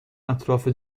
اطراف